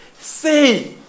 Say